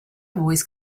voice